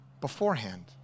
beforehand